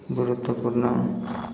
ଗୁରୁତ୍ଵପୂର୍ଣ୍ଣ